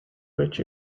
which